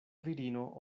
virino